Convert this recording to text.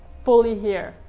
fully here.